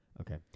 Okay